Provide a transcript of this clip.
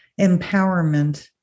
empowerment